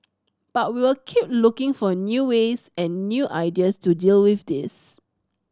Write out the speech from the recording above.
but we will keep looking for new ways and new ideas to deal with this